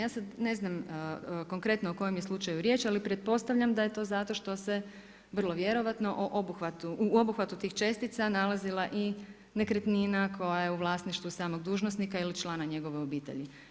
Ja sada ne znam konkretno o kojem je slučaju riječ ali pretpostavljam da je to zašto što se vrlo vjerojatno u obuhvatu tih čestica nalazila i nekretnina koja je u vlasništvu samog dužnosnika ili člana njegove obitelji.